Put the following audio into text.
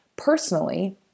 Personally